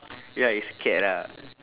ya it's a cat lah